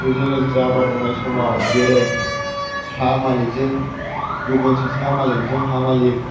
बेजों लोगोसे आबाद मावनाय समाव जेरै हा मालिकजों गुबुन सासे हा मालिकजों हा मालिक